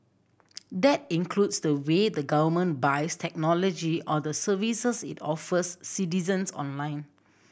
that includes the way the government buys technology or the services it offers citizens online